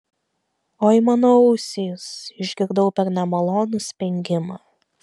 oi mano ausys išgirdau per nemalonų spengimą